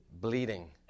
bleeding